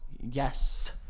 Yes